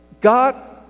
God